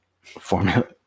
formula